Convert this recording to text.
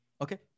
Okay